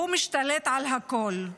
שהוא משתלט על הכול,